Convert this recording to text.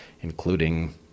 including